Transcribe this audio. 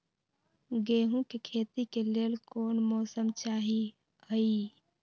गेंहू के खेती के लेल कोन मौसम चाही अई?